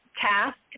task